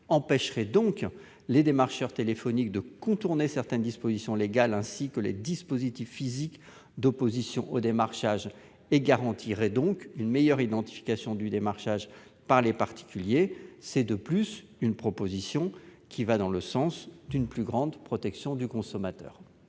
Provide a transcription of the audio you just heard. empêcherait les démarcheurs téléphoniques de contourner certaines dispositions légales, ainsi que les dispositifs physiques d'opposition au démarchage, et garantirait une meilleure identification du démarchage par les particuliers. Cette proposition va dans le sens d'une plus grande protection du consommateur.